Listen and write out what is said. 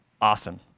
Awesome